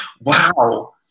Wow